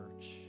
church